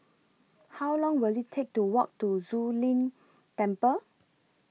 How Long Will IT Take to Walk to Zu Lin Temple